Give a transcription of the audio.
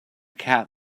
cat